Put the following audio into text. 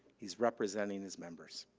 he's representing his members.